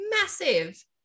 massive